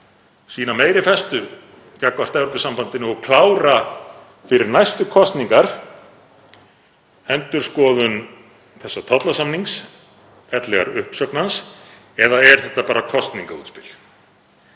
sýna meiri festu gagnvart Evrópusambandinu og klára fyrir næstu kosningar endurskoðun tollasamningsins ellegar uppsögn hans eða er þetta bara kosningaútspil?